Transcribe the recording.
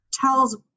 tells